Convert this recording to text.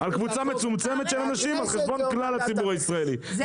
על קבוצה מצומצמת של אנשים על חשבון כלל הציבור הישראלי,